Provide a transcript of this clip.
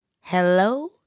Hello